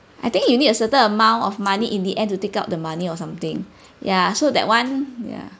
I think you need a certain amount of money in the end to take out the money or something ya so that [one] ya